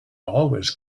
always